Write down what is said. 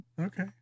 Okay